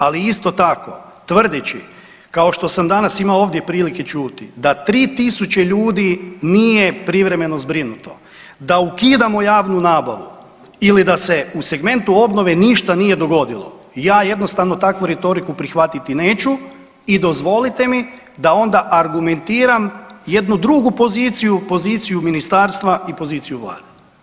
Ali, isto tako, tvrdeći, kao što sam danas imao ovdje prilike čuti da 3 000 ljudi nije privremeno zbrinuto, da ukidamo javnu nabavu ili da se u segmentu obnove ništa nije dogodilo, ja jednostavno takvu retoriku prihvatiti neću i dozvolite mi da onda argumentiram jednu drugu poziciju, poziciju Ministarstva i poziciju Vlade.